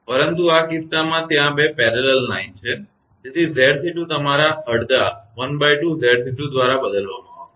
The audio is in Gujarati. પરંતુ આ કિસ્સામાં ત્યાં 2 સમાંતર લાઇનો છે તેથી તે 𝑍𝑐2 તમારા અડધા ½𝑍𝑐2 દ્વારા બદલવામાં આવશે